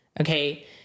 okay